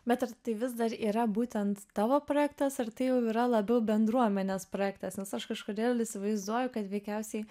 bet ar tai vis dar yra būtent tavo projektas ar tai jau yra labiau bendruomenės projektas nes aš kažkodėl įsivaizduoju kad veikiausiai